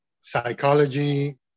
psychology